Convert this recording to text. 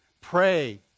pray